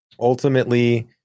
Ultimately